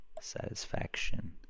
satisfaction